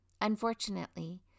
Unfortunately